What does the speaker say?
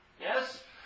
Yes